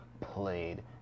played